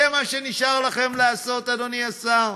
זה מה שנשאר לכם לעשות, אדוני השר?